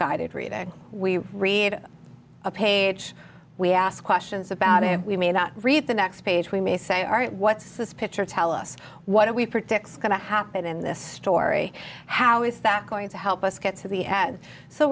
guided read and we read a page we ask questions about it we may not read the next page we may say all right what's this picture tell us what do we predict going to happen in this story how is that going to help us get to the ad so